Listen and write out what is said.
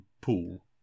pool